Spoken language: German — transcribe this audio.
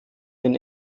den